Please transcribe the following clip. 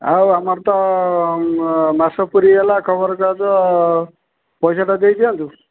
ଆଉ ଆମର ତ ମାସ ପୁରିଗଲା ଖବର କାଗଜ ପଇସାଟା ଦେଇ ଦିଅନ୍ତୁ